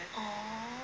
orh